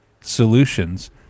solutions